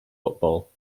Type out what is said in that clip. football